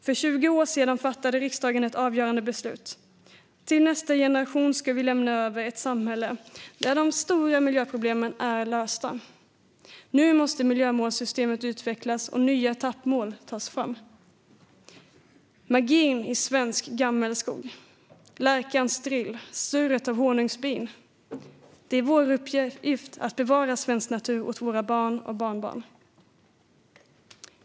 För 20 år sedan fattade riksdagen ett avgörande beslut: Till nästa generation ska vi lämna över ett samhälle där de stora miljöproblemen är lösta. Nu måste miljömålssystemet utvecklas och nya etappmål tas fram. "Magin i svensk gammelskog. Lärkans drill. Surret av honungsbin. Det är vår uppgift att bevara svensk natur åt våra barn och barnbarn."